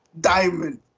Diamond